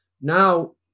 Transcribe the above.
Now